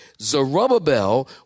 Zerubbabel